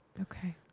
Okay